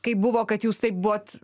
kaip buvo kad jūs taip buvot